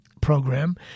program